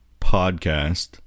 podcast